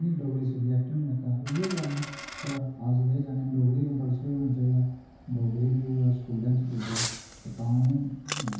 है नी डोगरी सब्जेक्ट नेईं रक्खा दा इयै कारण ऐ साढ़ा अस एह् चाहने कि डोगरी कंपलसरी होनी चाहिदी डोगरी बी स्कूलें च पुज्जे ते तां गै